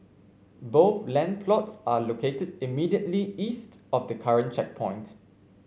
both land plots are located immediately east of the current checkpoint